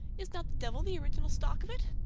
is not the devil the original stock of it?